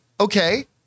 okay